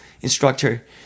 instructor